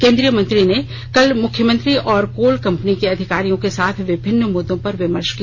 केंद्रीय मंत्री ने कल मुख्यमंत्री और कोल कंपनी के अधिकारियों के साथ विभिन्न मुद्दों पर विमर्श किया